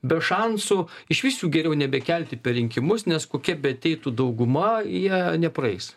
be šansų iš vis jų geriau nebekelti per rinkimus nes kokia beateitų dauguma jie nepraeis